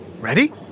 Ready